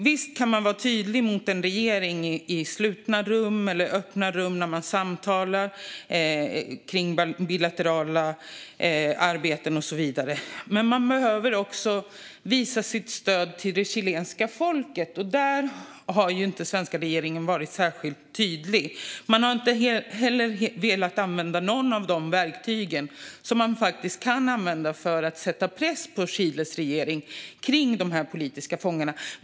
Visst kan man vara tydlig mot en regering när man i slutna eller öppna rum samtalar om bilaterala arbeten och liknande, men man behöver också visa sitt stöd till det chilenska folket. Där har den svenska regeringen inte varit särskilt tydlig. Man har inte heller velat använda något av de verktyg som man kan använda för att sätta press på Chiles regering när det gäller de politiska fångarna.